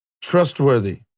trustworthy